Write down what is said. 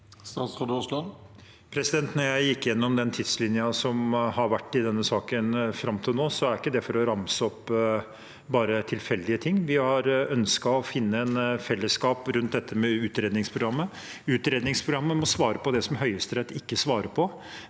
Statsråd Terje Aasland Da jeg gikk igjennom den tidslinjen som har vært i denne saken fram til nå, var det ikke bare for å ramse opp tilfeldige ting. Vi har ønsket å finne et fellesskap rundt dette utredningsprogrammet. Utredningsprogrammet må svare på det som Høyesterett ikke svarer på,